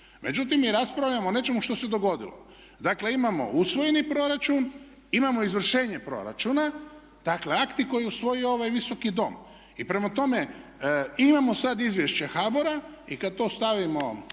međutim mi raspravljamo o nečemu što se dogodilo. Dakle imamo usvojeni proračun, imamo izvršenje proračuna, dakle akti koje je usvojio ovaj visoki dom. I prema tome, imamo sad izvješće HBOR-a i kad to stavimo